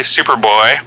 Superboy